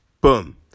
boom